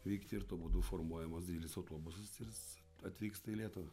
vykti ir tuo būdu formuojamas didelis autobusas ir jis atvyksta į lietuvą